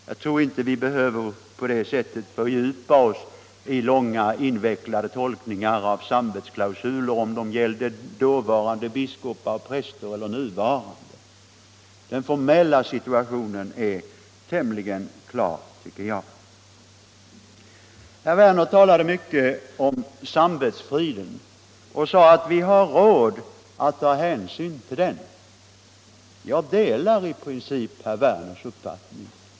Jag tror inte vi behöver fördjupa oss i långa invecklade tolkningar av om samvetsklausulen gällde dåvarande biskopar och präster eller nuvarande. Den formella situationen är tämligen klar, tycker jag. Herr Werner talade mycket om samvetsfriden och sade att vi har råd att ta hänsyn till den. Jag delar i princip herr Werners uppfattning.